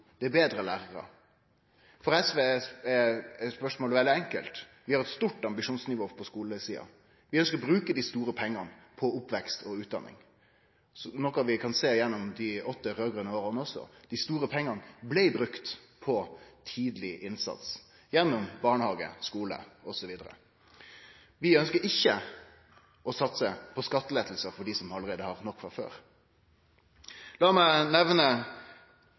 det er betre lærarar. For SV er spørsmålet veldig enkelt: Vi har eit stort ambisjonsnivå på skulesida. Vi ønskjer å bruke dei store pengane på oppvekst og utdanning, noko vi kan sjå gjennom dei åtte raud-grøne åra også: Dei store pengane blei brukte på tidlig innsats gjennom barnehage, skule osv. Vi ønskjer ikkje å satse på skattelette for dei som allereie har nok frå før. Lat meg nemne